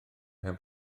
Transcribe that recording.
pen